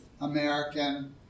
American